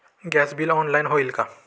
Gas bill online होईल का?